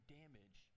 damage